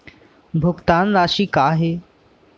भुगतान राशि का हे?